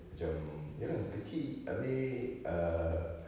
macam ya lah kecil habis err